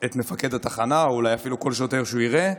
את מפקד התחנה ואולי אפילו כל שוטר שהוא יראה,